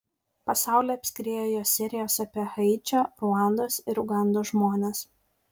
pasaulį apskriejo jo serijos apie haičio ruandos ir ugandos žmones